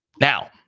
Now